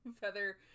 feather